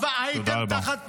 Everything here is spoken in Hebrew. הייתם תחת פיקודי.